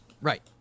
Right